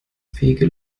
fähige